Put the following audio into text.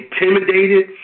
intimidated